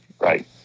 Right